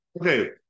Okay